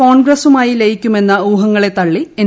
കോൺഗ്രസ്സുമായി ലയിക്കുമെന്ന ഊഹങ്ങളെ തള്ളി എൻ